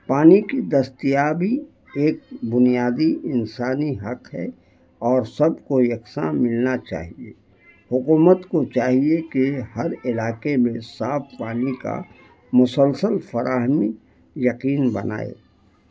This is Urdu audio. پانی کی دستیابی ایک بنیادی انسانی حق ہے اور سب کو یکساں ملنا چاہیے حکومت کو چاہیے کہ ہر علاقے میں صاف پانی کا مسلسل فراہمی یقین بنائے